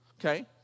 Okay